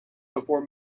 before